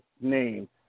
name